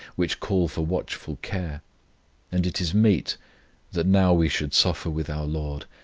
which call for watchful care and it is meet that now we should suffer with our lord,